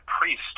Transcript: priest